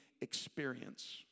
experience